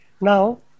Now